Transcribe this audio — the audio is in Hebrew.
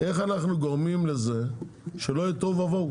איך אנחנו גורמים לזה שלא יהיה תוהו ובוהו.